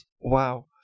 Wow